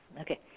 Okay